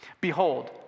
Behold